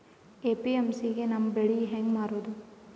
APMC ಗೆ ನಮ್ಮ ಬೆಳಿ ಹೆಂಗ ಮಾರೊದ?